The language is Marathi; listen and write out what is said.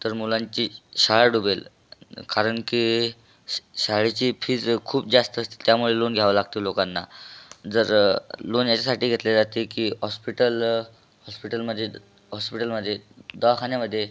तर मुलांची शाळा बुडेल कारण की श् शाळेची फीज खूप जास्त अस त्यामुळे लोन घ्यावं लागतं लोकांना जर लोन याच्यासाठी घेतले जाते की हॉस्पिटल हॉस्पिटलमध्ये हॉस्पिटलमध्ये दवाखान्यामध्ये